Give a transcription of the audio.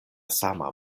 sama